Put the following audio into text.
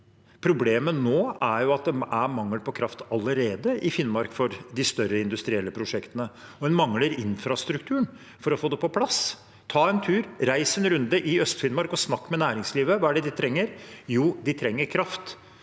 Problemet nå er at det allerede er mangel på kraft i Finnmark til de større industrielle prosjektene, og en mangler infrastrukturen for å få det på plass. Ta en tur, reis en runde i Øst-Finnmark og snakk med næringslivet. Hva er det de trenger? Jo, de trenger kraft